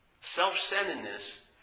Self-centeredness